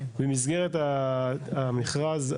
במסגרת המכרז,